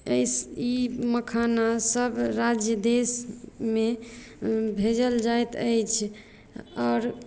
ई मखाना सभ राज्य देशमे भेजल जाइत अछि आओर